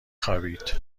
خوابید